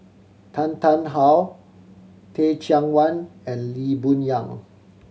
Tan Tarn How Teh Cheang Wan and Lee Boon Yang